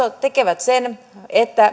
tekevät sen että